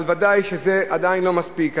אבל ודאי שזה עדיין לא מספיק.